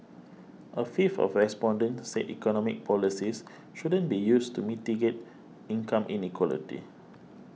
a fifth of respondents said economic policies shouldn't be used to mitigate income inequality